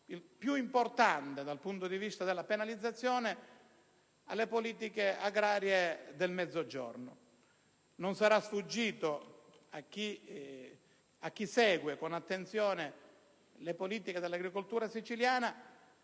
più importante dal punto di vista della penalizzazione alle politiche agrarie del Mezzogiorno. Non sarà sfuggito a chi segue con attenzione le politiche dell'agricoltura siciliana